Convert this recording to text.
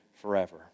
forever